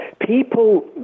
people